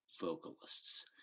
vocalists